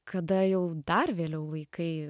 kada jau dar vėliau vaikai